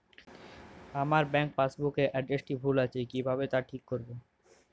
আমার bank passbook এর এড্রেসটি ভুল আছে কিভাবে তা ঠিক করবো?